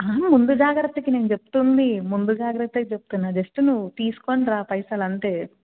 ముందు జాగ్రత్తకి నేను చెప్తుంది ముందు జాగ్రత్తకి చెప్తున్నా జస్ట్ నువ్వు తీసుకొని రా పైసలు అంతే